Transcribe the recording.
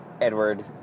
Edward